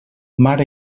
mare